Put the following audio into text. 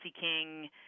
King